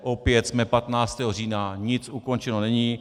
Opět jsme 15. října, nic ukončeno není.